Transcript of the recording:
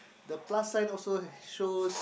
the plus sign also shows